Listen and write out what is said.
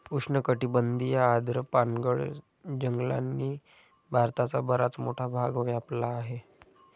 उष्णकटिबंधीय आर्द्र पानगळ जंगलांनी भारताचा बराच मोठा भाग व्यापला आहे